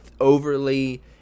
overly